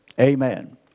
Amen